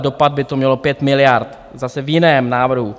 Dopad by to mělo pět miliard zase v jiném návrhu.